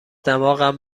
دماغم